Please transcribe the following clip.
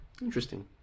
Interesting